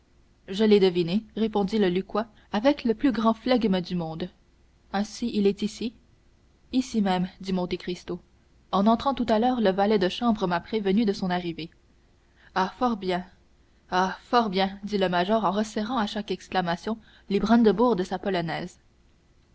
je l'ai deviné répondit le lucquois avec le plus grand flegme du monde ainsi il est ici ici même dit monte cristo en entrant tout à l'heure le valet de chambre m'a prévenu de son arrivée ah fort bien ah fort bien dit le major en resserrant à chaque exclamation les brandebourgs de sa polonaise